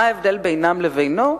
מה ההבדל בינם לבינו?